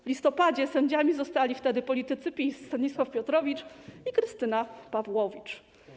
W listopadzie sędziami zostali wtedy politycy PiS: Stanisław Piotrowicz i Krystyna Pawłowicz.